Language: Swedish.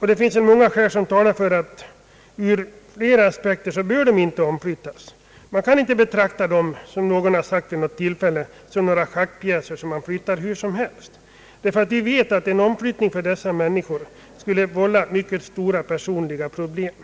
Det finns många skäl som talar för att de inte bör omflyttas. Man kan inte betrakta dem som några schackpjäser — som någon sagt vid ett tillfälle — som man flyttar hur som helst. Ty vi vet att en omflyttning för dessa människor skulle vålla mycket stora personliga problem.